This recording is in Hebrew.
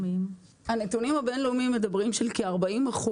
הנתונים הבינלאומיים מדברים על כ- 40%